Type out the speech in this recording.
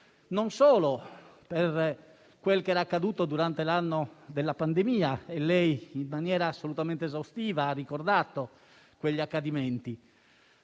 non solo per quel che è accaduto durante l'anno della pandemia (e lei, in maniera assolutamente esaustiva, ha ricordato quegli accadimenti),